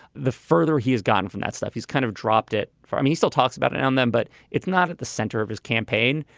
the further he has gotten from that stuff, he's kind of dropped it from, he still talks about it and then but it's not at the center of his campaign.